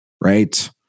right